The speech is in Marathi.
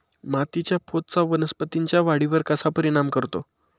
मातीच्या पोतचा वनस्पतींच्या वाढीवर कसा परिणाम करतो?